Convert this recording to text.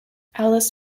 alice